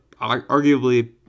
arguably